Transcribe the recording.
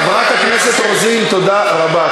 חברת הכנסת מיכל רוזין, תודה רבה.